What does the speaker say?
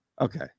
Okay